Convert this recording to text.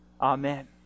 Amen